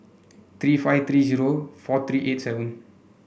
three five three zero four three eight seven